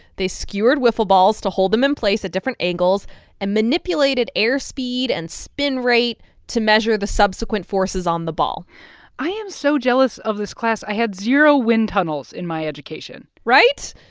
they skewered wiffle balls to hold them in place at different angles and manipulated air speed and spin rate to measure the subsequent forces on the ball i am so jealous of this class. i had zero wind tunnels in my education right?